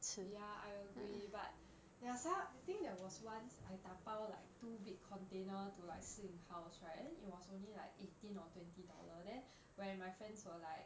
ya I agree but there are some I think there was once I 打包 like two big container to like si ying house right and then it was only like eighteen or twenty dollar then when my friends were like